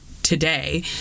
today